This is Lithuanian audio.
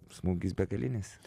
smūgis begalinis